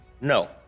no